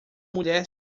mulher